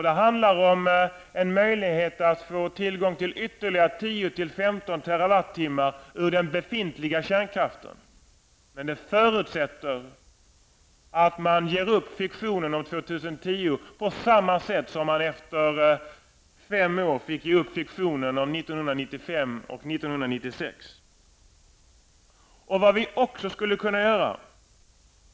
Det handlar om en möjlighet att få tillgång till ytterligare 10 till 15 terawattimmar ur den befintliga kärnkraften, men det förutsätter att man ger upp fiktionen om år 2010 på samma sätt som man efter fem år fick ge upp fiktionen om 1995/96.